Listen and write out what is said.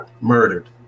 murdered